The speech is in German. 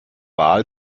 wahl